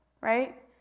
right